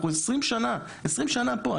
אנחנו 20 שנה פה.